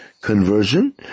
conversion